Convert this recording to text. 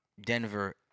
Denver—